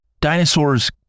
Dinosaurs